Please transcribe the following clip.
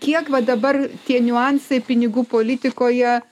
kiek va dabar tie niuansai pinigų politikoje